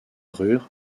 ruhr